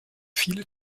viele